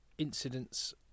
Incidents